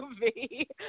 movie